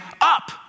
up